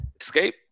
Escape